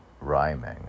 rhyming